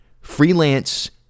freelance